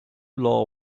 law